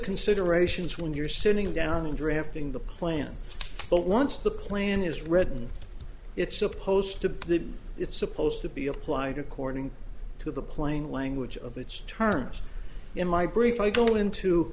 considerations when you're sitting down and drafting the plan but once the plan is written it's supposed to it's supposed to be applied according to the plain language of its terms in my brief i go into